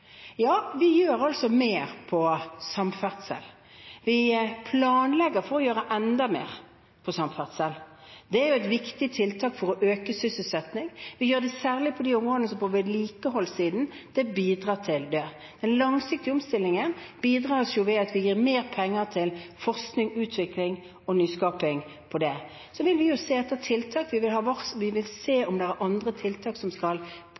Ja, vi gjør altså mer på samferdsel. Vi planlegger for å gjøre enda mer på samferdsel. Det er et viktig tiltak for å øke sysselsettingen. Vi gjør det særlig på områder som vedlikeholdssiden – det bidrar til det. Den langsiktige omstillingen bidrar vi til ved å gi mer penger til forskning, utvikling og nyskaping. Vi vil se om det er andre tiltak som kan bidra til at omstillingen går raskere, og at de nye arbeidsplassene kommer raskere på plass. Ikke minst er